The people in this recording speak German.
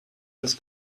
das